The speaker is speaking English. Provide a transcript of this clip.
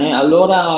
allora